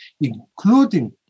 including